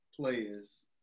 players